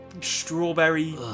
strawberry